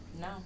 No